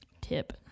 tip